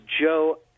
Joe